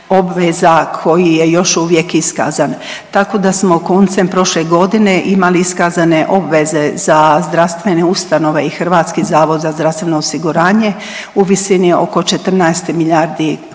obveza koji je još uvijek iskazan, tako da smo koncem prošle godine imali iskazane obveze za zdravstvene ustanove i HZZO u visini oko 14 milijardi kuna